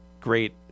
great